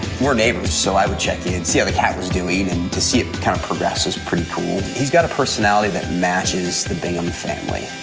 neighbors. so i would check in, see how the cat was doing. and to see it kind of progress was pretty cool. he's got a personality that matches the bingham family.